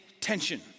tension